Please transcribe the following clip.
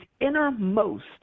innermost